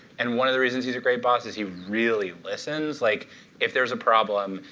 and one of the reasons he's a great boss is he really listens. like if there's a problem,